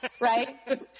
right